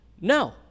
No